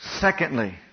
Secondly